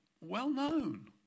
well-known